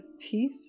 peace